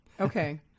Okay